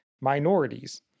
minorities